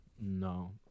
No